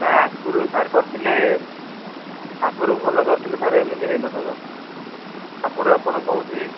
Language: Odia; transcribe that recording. ନା ଆଗରୁ ସାର୍ କରିଥିଲେ ଆଗରୁ ଭଲ କରିଥିଲେ ସାର୍ ଏମିତି ହେଇନଥାନ୍ତା ଆଗରୁ ଆପଣ କେଉଁଠି